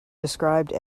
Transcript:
described